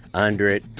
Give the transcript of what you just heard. under it,